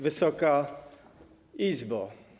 Wysoka Izbo!